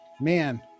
Man